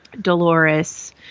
dolores